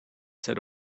said